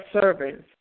servants